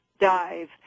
dive